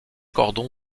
cordon